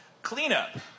Cleanup